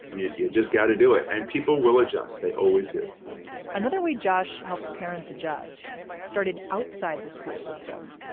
you you just got to do it and people will adjust. they always do another way josh helped parents adjust started outside the school system.